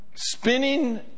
Spinning